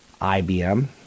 IBM